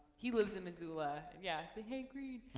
he lives in missoula yeah, hank green.